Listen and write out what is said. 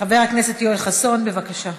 חבר הכנסת יואל חסון, בבקשה.